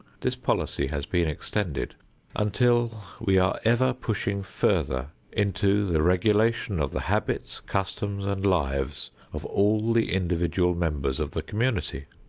this policy has been extended until we are ever pushing further into the regulation of the habits, customs and lives of all the individual members of the community.